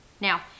Now